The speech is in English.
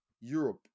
Europe